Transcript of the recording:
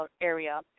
area